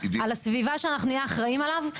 על הסביבה שאנחנו נהיה אחראים עליו,